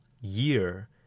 year